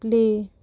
play